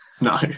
No